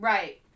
Right